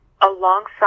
alongside